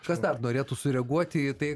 kas dar norėtų sureaguoti į tai